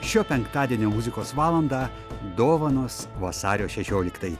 šio penktadienio muzikos valandą dovanos vasario šešioliktai